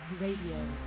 Radio